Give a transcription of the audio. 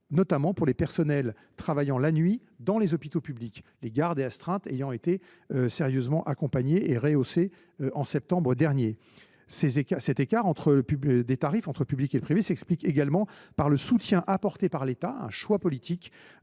notamment les personnels travaillant la nuit dans les hôpitaux publics, les gardes et astreintes ayant été sérieusement accompagnées et rehaussées en septembre dernier. Cet écart des tarifs entre public et privé s’explique également par le soutien apporté par l’État à certaines